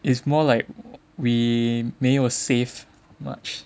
it's more like we 没有 save much